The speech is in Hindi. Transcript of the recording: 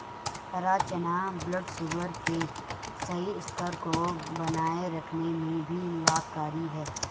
हरा चना ब्लडशुगर के सही स्तर को बनाए रखने में भी लाभकारी है